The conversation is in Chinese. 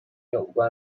有关